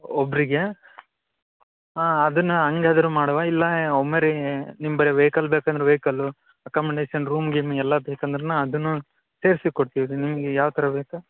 ಒಬ್ಬರಿಗೆ ಹಾಂ ಅದನ್ನು ಹಂಗಾದ್ರು ಮಾಡುವ ಇಲ್ಲ ಒಮ್ಮೆ ರೀ ನಿಮ್ಮ ಬರೇ ವೆಹ್ಕಲ್ ಬೇಕಂದರೆ ವೆಹ್ಕಲ್ಲು ಅಕಮಂಡೇಶನ್ ರೂಮ್ ಗೀಮ್ ಎಲ್ಲ ಬೇಕಂದ್ರೂ ಅದನ್ನೂ ಸೇರಿಸಿ ಕೊಡ್ತೀವಿ ನಿಮ್ಗೆ ಯಾವ ಥರ ಬೇಕು